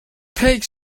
take